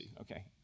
okay